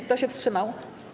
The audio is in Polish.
Kto się wstrzymał?